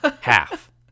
Half